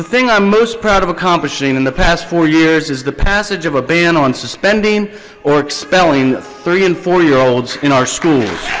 thing i'm most proud of accomplishing in the past four years is the passage of a ban on suspending or expelling three and four year olds in our schools.